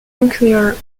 nuclear